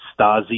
Stasi